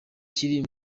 kiri